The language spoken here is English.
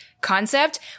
concept